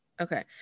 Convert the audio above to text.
Okay